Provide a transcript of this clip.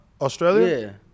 Australia